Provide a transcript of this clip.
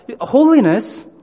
Holiness